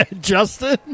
Justin